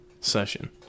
session